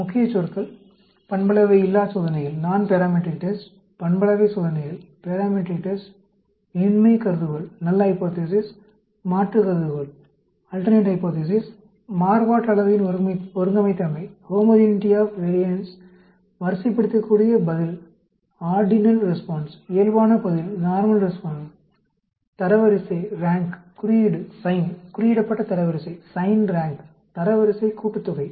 முக்கியச்சொற்கள் பண்பளவையில்லா சோதனைகள் பண்பளவை சோதனைகள் இன்மை கருதுகோள் மாற்று கருதுகோள் மாறுபாட்டு அளவையின் ஒருங்கமைத்தன்மை வரிசைப்படுத்தக்கூடிய பதில் இயல்பான பதில் தரவரிசை குறியீடு குறியிடப்பட்ட தரவரிசை தரவரிசை கூட்டுத்தொகை